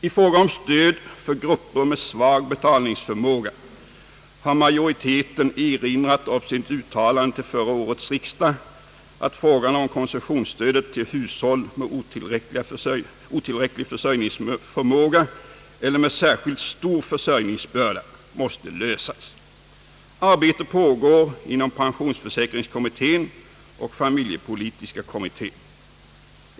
I fråga om stöd för grupper med svag betalningsförmåga har majoriteten erinrat om sitt uttalande till förra årets riksdag, att frågan om koncessionsstödet till hushåll med otillräcklig försörjningsförmåga eller med särskilt stor försörjningsbörda måste lösas. Arbete pågår inom pensionsförsäkringskommittén och familjepolitiska kommittén.